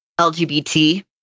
LGBT